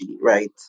right